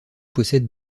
possède